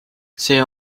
see